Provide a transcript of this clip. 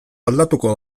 aldatuko